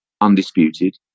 undisputed